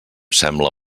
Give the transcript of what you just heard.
sembla